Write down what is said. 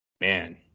man